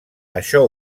això